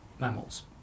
mammals